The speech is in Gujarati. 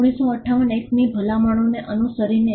1958 એક્ટની ભલામણોને અનુસરીને